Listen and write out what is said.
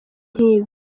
nk’ibi